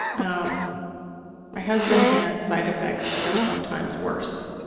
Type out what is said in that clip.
um my husband has side effects that are sometimes worse